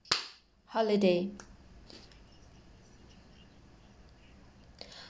holiday